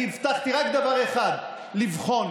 אני הבטחתי רק דבר אחד: לבחון.